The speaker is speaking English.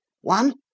One